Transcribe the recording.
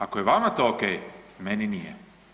Ako je vama to ok, meni nije.